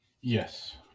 Yes